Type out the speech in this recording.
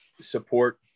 support